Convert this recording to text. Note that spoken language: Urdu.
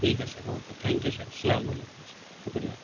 ٹھیک ہے sir okay thank you sir السلام علیکم سر شکریہ